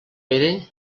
pere